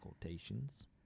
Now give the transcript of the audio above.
Quotations